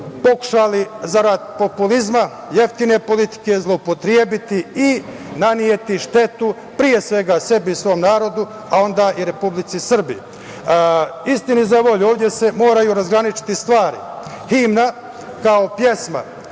pokušali zarad populizma, jeftine politike zloupotrebiti i naneti štetu pre svega sebi i svom narodu, a onda i Republici Srbiji. Istini za volju, ovde se moraju razgraničiti stvari. Himna, kao pesma,